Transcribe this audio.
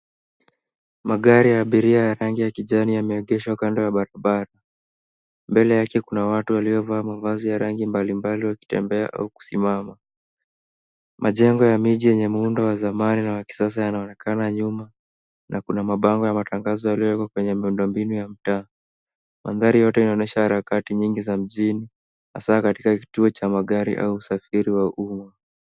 Magari ya abiria ya rangi ya kijani yameegeshwa kando ya barabara. Mbele yake kuna watu waliovaa mavazi ya rangi mbalimbali wakitembea au kusimama. Majengo ya miji yenye muundo wa zamani na wa kisasa yanaonekana nyuma na kuna mabao ya matangazo yaliyowekwa kwenye muundo mbinu ya utaa. Maandhari yote yanaonesha harakati nyingi ya mjini hasaa katika kituo cha magari au usafiri wa umu.